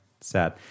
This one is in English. Sad